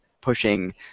pushing